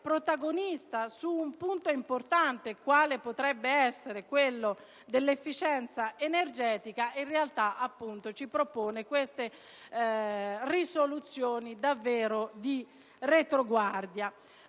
protagonista su un punto importante quale potrebbe essere quello dell'efficienza energetica, ci propone queste soluzioni davvero di retroguardia.